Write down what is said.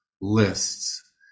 lists